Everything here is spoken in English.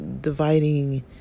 dividing